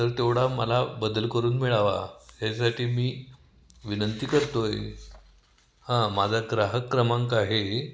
तर तेवढा मला बदल करून मिळावा यासाठी मी विनंती करतो आहे हा माझा ग्राहक क्रमांक आहे